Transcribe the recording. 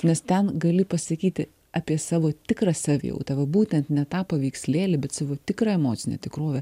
nes ten gali pasakyti apie savo tikrą savijautą va būtent ne tą paveikslėlį bet savo tikrą emocinę tikrovę